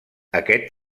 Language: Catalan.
aquest